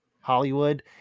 Hollywood